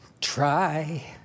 try